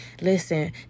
listen